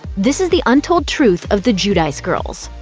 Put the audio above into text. this is the untold truth of the giudice girls.